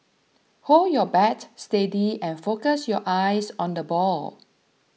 hold your bat steady and focus your eyes on the ball